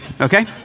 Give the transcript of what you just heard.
okay